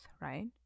right